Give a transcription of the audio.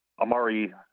Amari